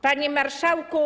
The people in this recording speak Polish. Panie Marszałku!